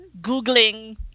googling